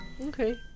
Okay